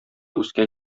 үскән